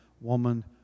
woman